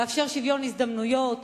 לאפשר שוויון הזדמנויות,